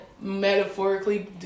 Metaphorically